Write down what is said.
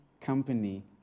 company